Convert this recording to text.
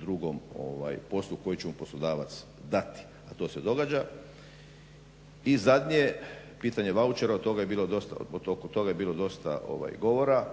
drugom poslu koji će mu poslodavac dati, a to se događa. I zadnje, pitanje vaučera o tome je bilo dosta govora.